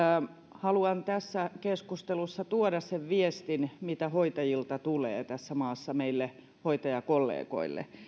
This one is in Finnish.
haluan tässä keskustelussa tuoda sen viestin mitä hoitajilta tulee tässä maassa meille hoitajakollegoille